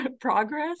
progress